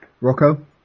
Rocco